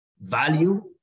value